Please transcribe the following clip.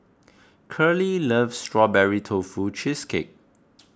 Curley loves Strawberry Tofu Cheesecake